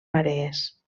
marees